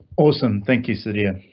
awesome, thank you so dear.